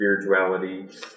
spirituality